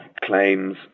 claims